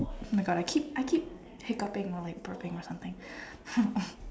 oh my God I keep I keep hiccupping or like burping or something